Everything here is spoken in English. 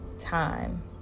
time